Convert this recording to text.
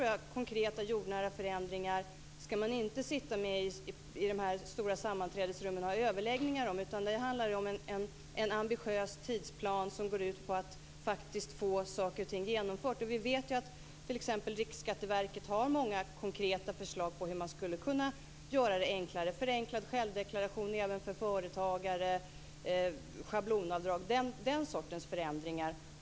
Sådana konkreta jordnära förändringar skall man inte ha överläggningar om i stora sammanträdesrum, utan det handlar om en ambitiös tidsplan som går ut på att faktiskt få saker och ting genomförda. Vi vet att t.ex. Riksskatteverket har många konkreta förslag på hur man skulle kunna göra det enklare - förenklad självdeklaration även för företagare, schablonavdrag m.m.